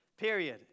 Period